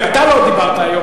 אתה לא דיברת היום,